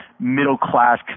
middle-class